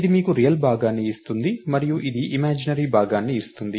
ఇది మీకు రియల్ భాగాన్ని ఇస్తుంది మరియు ఇది ఇమాజినరీ భాగాన్ని ఇస్తుంది